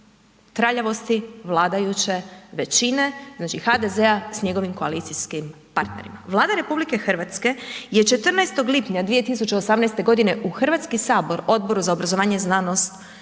traljavosti vladajuće većine, znači HDZ-a s njegovim koalicijskim partnerima. Vlada RH je 14. lipnja 2018. godine u Hrvatski sabor Odboru za obrazovanje, znanost,